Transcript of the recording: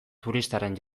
turistaren